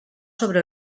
sobre